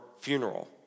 funeral